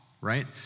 right